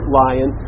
lion